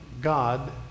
God